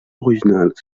originale